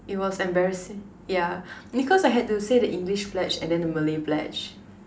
it was embarrassing ya because I had to say the English pledge and then the Malay pledge